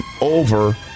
over